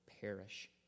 perish